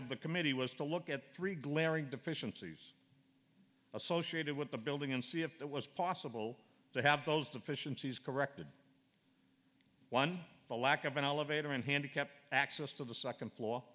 of the committee was to look at three glaring deficiencies associated with the building and see if that was possible to have those deficiencies corrected one the lack of an elevator in handicap access to the second floor